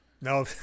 no